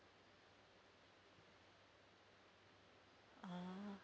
ah